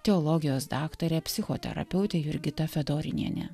teologijos daktarė psichoterapeutė jurgita fedorinienė